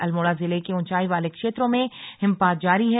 अल्मोड़ा जिले के ऊंचाई वाले क्षेत्रों में हिमपात जारी है